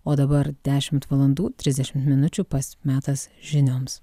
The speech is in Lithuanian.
o dabar dešimt valandų trisdešimt minučių pats metas žinioms